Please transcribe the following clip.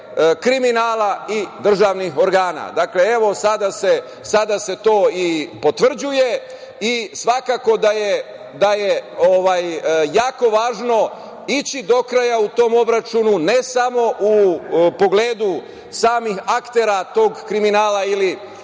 kriminala i državnih organa. Dakle, evo sada se to i potvrđuje i svakako da je jako važno ići do kraja u tom obračunu, ne samo u pogledu samih aktera tog kriminala ili